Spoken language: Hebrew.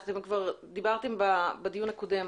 אתם כבר דיברתם בדיון הקודם,